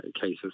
cases